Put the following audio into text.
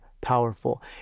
powerful